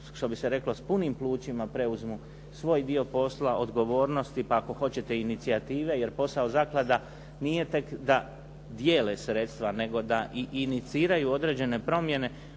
što bi se reklo s punim plućima preuzmu svoj dio posla, odgovornosti pa ako hoćete i inicijative jer posao zaklada nije tek da dijele sredstva nego da i iniciraju određene promjene